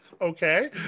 Okay